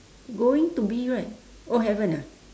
going to be right oh haven't ah